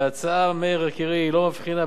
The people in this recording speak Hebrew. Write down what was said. לא מבחינה בין משקיע בדירות רפאים